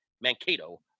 Mankato